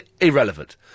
irrelevant